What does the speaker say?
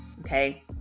okay